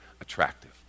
attractive